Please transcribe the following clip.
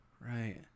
right